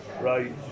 Right